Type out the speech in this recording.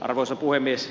arvoisa puhemies